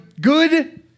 Good